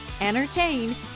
entertain